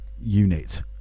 unit